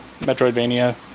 Metroidvania